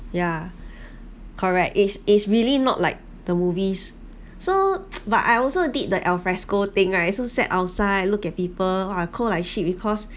ya correct it's it's really not like the movies so but I also did the alfresco thing right so sat outside look at people !wah! cold like shit because